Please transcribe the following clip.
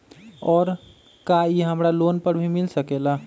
और का इ हमरा लोन पर भी मिल सकेला?